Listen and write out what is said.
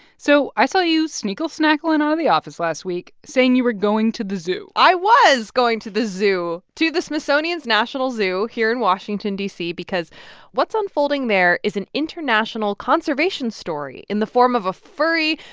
so i saw you sneakle-snackling out of the office last week, saying you were going to the zoo i was going to the zoo, to the smithsonian's national zoo here in washington, d c, because what's unfolding there is an international conservation story in the form of a furry,